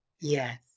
Yes